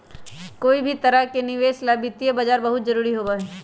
कोई भी तरह के निवेश ला वित्तीय बाजार बहुत जरूरी होबा हई